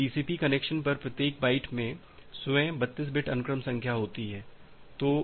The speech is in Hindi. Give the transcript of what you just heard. तो टीसीपी कनेक्शन पर प्रत्येक बाइट में स्वयं 32 बिट अनुक्रम संख्या होती है